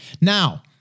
Now